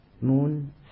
moon